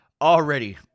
already